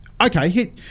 Okay